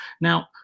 Now